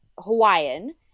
Hawaiian